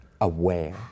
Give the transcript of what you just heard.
aware